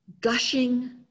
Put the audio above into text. gushing